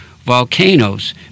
volcanoes